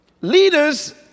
Leaders